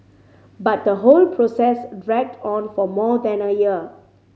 but the whole process dragged on for more than a year